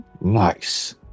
Nice